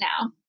now